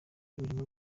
urimo